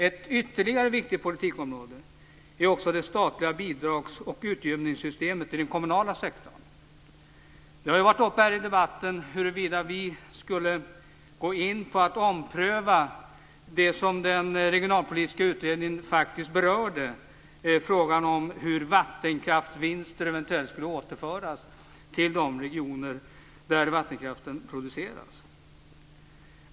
Ett ytterligare viktigt politikområde är det statliga bidrags och utjämningssystemet i den kommunala sektorn. Det har tagits upp här i debatten huruvida vi skulle ompröva det som den regionalpolitiska utredningen berörde, nämligen frågan om att vattenkraftsvinster eventuellt skulle återföras till de regioner där vattenkraften produceras.